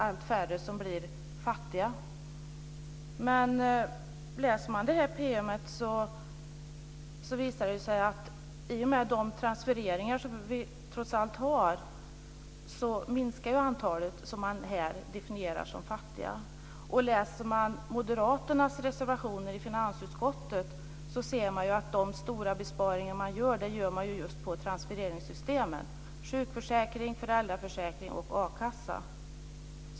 När man läser detta PM finner man dock att genom de transfereringar som vi trots allt har minskar antalet sådana som definieras som fattiga. När man läser moderaternas reservationer i finansutskottet ser man också att de stora besparingar som de gör tas ut i transfereringssystemen: sjukförsäkring, föräldraförsäkring och a-kassa.